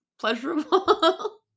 pleasurable